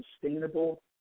sustainable